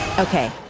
Okay